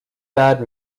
bad